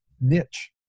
niche